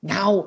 Now